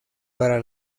para